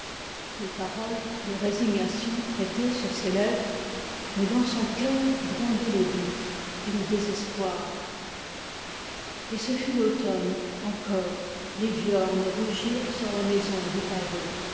les paroles de résignation étaient sur se lèvres mais dans son cœur grondaient le doute et le désespoir et ce fut l'automne encore les viornes rougirent sur la maison du pavot